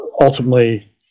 ultimately